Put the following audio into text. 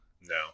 No